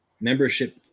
membership